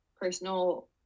personal